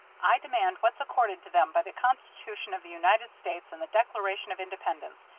i demand what's accorded to them by the constitution of the united states and the declaration of independence,